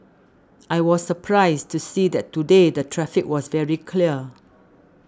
I was surprised to see that today the traffic was very clear